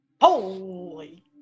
Holy